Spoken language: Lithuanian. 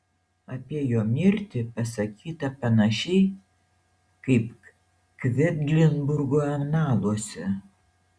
apie jo mirtį pasakyta panašiai kaip kvedlinburgo analuose